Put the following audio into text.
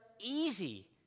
easy